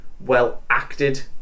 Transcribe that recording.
well-acted